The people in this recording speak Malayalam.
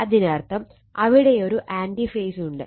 അതിനർത്ഥം അവിടെയൊരു ആന്റി ഫേസ് ഉണ്ട്